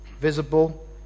visible